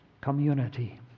Community